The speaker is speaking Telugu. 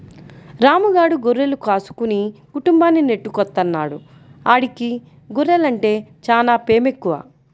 రాము గాడు గొర్రెలు కాసుకుని కుటుంబాన్ని నెట్టుకొత్తన్నాడు, ఆడికి గొర్రెలంటే చానా పేమెక్కువ